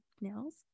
nails